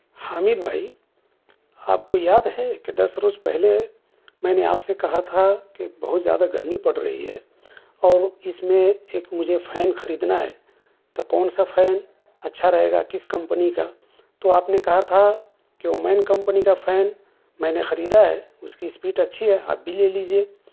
حامد بھائی آپ کو یاد ہے کہ دس روز پہلے میں نے آپ سے کہا تھا کہ بہت زیادہ گرمی پڑ رہی ہے اور اس میں ایک مجھے فین خریدنا ہے تو کون سا فین اچھا رہے گا کس کمپنی کا تو آپ نے کہا تھا کہ اومین کمپنی کا فین میں نے خریدا ہے اس کی اسپیٹ اچھی ہے آپ بھی لے لیجیے